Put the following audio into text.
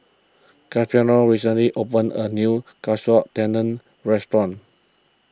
Casimiro recently opened a new Katsu Tendon restaurant